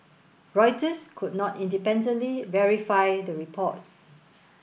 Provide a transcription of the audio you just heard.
Reuters could not independently verify the reports